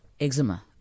eczema